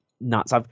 nuts